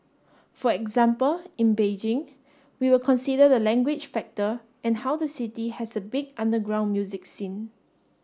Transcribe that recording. for example in Beijing we will consider the language factor and how the city has a big underground music scene